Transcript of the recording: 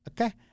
Okay